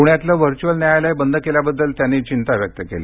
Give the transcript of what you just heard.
पुण्यातलं व्हर्चूअल न्यायालय बंद केल्याबद्दल त्यांनी चिंता व्यक्त केली